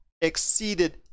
exceeded